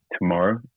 tomorrow